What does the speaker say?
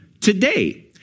today